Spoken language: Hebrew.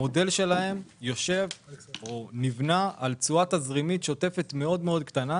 המודל שלהם נבנה על תשואה תזרימית שוטפת מאוד קטנה,